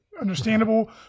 understandable